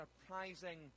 surprising